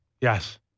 Yes